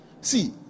see